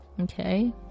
Okay